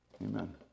Amen